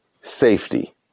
safety